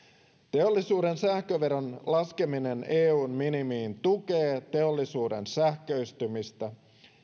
teollisuuden sähköveron laskeminen eun minimiin tukee teollisuuden sähköistymistä